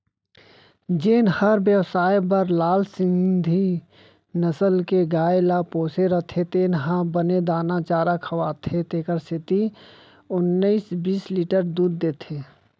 जेन हर बेवसाय बर लाल सिंघी नसल के गाय ल पोसे रथे तेन ह बने दाना चारा खवाथे तेकर सेती ओन्नाइस बीस लीटर दूद देथे